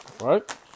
right